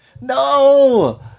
No